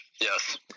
Yes